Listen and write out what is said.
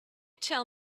tell